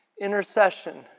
Intercession